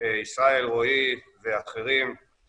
ישראל רועי ואחרים,